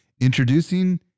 Introducing